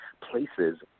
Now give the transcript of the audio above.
places